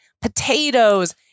potatoes